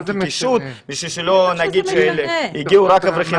כקישוט בשביל שלא נגיד שהגיעו רק אברכים.